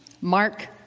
Mark